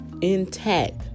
intact